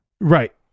right